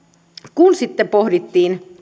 kun sitten pohdittiin